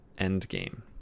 Endgame